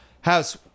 House